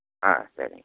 ஆ சரிங்க